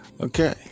Okay